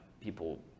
people